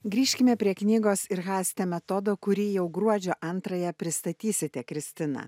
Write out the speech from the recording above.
grįžkime prie knygos ir haste metodo kurį jau gruodžio antrąją pristatysite kristina